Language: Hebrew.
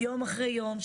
יום אחרי יום,